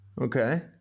Okay